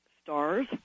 stars